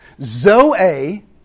Zoe